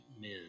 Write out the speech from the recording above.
men